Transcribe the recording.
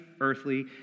earthly